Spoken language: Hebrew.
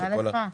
תודה לך.